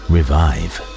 Revive